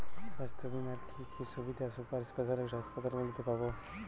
স্বাস্থ্য বীমার কি কি সুবিধে সুপার স্পেশালিটি হাসপাতালগুলিতে পাব?